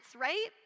right